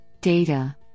data